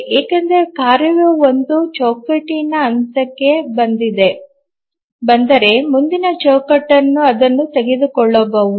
ಏಕೆಂದರೆ ಕಾರ್ಯವು ಒಂದು ಚೌಕಟ್ಟಿನ ಅಂತ್ಯಕ್ಕೆ ಬಂದರೆ ಮುಂದಿನ ಚೌಕಟ್ಟನ್ನು ಅದನ್ನು ತೆಗೆದುಕೊಳ್ಳಬಹುದು